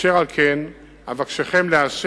אשר על כן אבקשכם לאשר